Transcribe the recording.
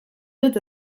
dut